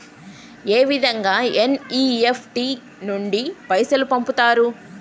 ఏ విధంగా ఎన్.ఇ.ఎఫ్.టి నుండి పైసలు పంపుతరు?